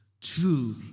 True